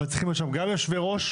אבל, עכשיו צריכים גם יושבי ראש,